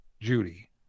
Judy